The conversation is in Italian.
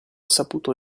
saputo